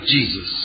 Jesus